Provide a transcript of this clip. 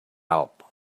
help